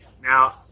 Now